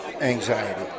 anxiety